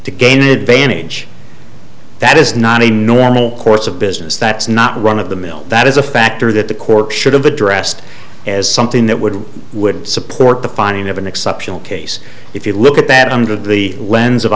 to gain an advantage that is not a normal course of business that's not run of the mill that is a factor that the court should have addressed as something that would would support the finding of an exceptional case if you look at bad under the lens of